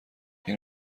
این